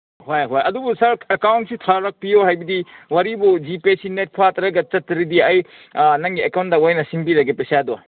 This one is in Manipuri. ꯍꯣꯏ ꯍꯣꯏ ꯑꯗꯨꯕꯨ ꯁꯥꯔ ꯑꯦꯀꯥꯎꯟꯁꯤ ꯊꯥꯔꯛꯄꯤꯌꯣ ꯍꯥꯏꯕꯗꯤ ꯋꯥꯔꯤꯕꯨ ꯖꯤꯄꯦꯁꯤ ꯅꯦꯠ ꯐꯠꯇ꯭ꯔꯒ ꯆꯠꯇ꯭ꯔꯗꯤ ꯑꯩ ꯅꯪꯒꯤ ꯑꯦꯀꯥꯎꯟꯗ ꯑꯣꯏꯅ ꯁꯤꯡꯕꯤꯔꯒꯦ ꯄꯩꯁꯥꯗꯣ